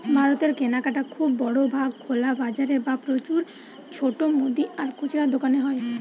ভারতের কেনাকাটা খুব বড় ভাগ খোলা বাজারে বা প্রচুর ছোট মুদি আর খুচরা দোকানে হয়